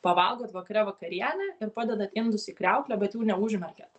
pavalgot vakare vakarienę ir padedat indus į kriauklę bet jų neužmerkiat